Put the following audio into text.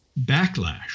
backlash